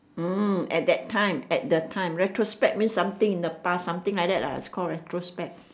hmm at that time at the time retrospect means something in the past something like that ah it's called retrospect